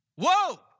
Whoa